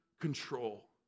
control